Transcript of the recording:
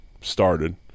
started